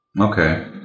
Okay